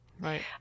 Right